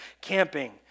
camping